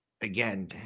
Again